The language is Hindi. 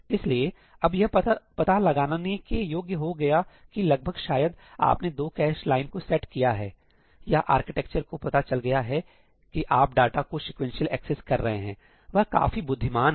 इसलिए अब यह पता लगाने के योग्य हो गया कि लगभग शायद आपने दो कैश लाइन को सेट किया है या आर्किटेक्चर को पता चल गया है कि आप डाटा को सीक्वेंशियल एक्सेस कर रहे हैं वह काफी बुद्धिमान है